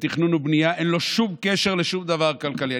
לתכנון ובנייה, אין לו שום קשר לשום דבר כלכלי.